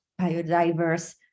biodiverse